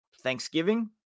Thanksgiving